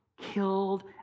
killed